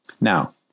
Now